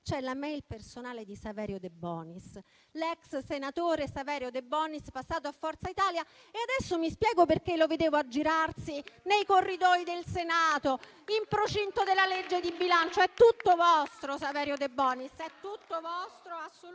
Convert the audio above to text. c'è la mail personale di Saverio De Bonis, l'ex senatore Saverio De Bonis, passato a Forza Italia. Adesso mi spiego perché lo vedevo aggirarsi nei corridoi del Senato in procinto della legge di bilancio! È tutto vostro Saverio De Bonis! È tutto vostro, assolutamente!